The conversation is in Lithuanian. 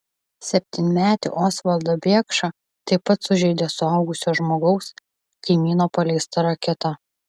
septynmetį osvaldą biekšą taip pat sužeidė suaugusio žmogaus kaimyno paleista raketa